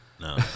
No